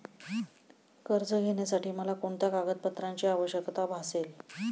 कर्ज घेण्यासाठी मला कोणत्या कागदपत्रांची आवश्यकता भासेल?